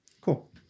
Cool